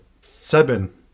seven